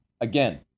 again